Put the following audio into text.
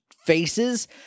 Faces